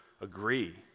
agree